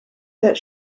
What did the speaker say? that